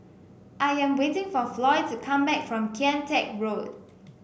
I am waiting for Floy to come back from Kian Teck Road